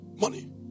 money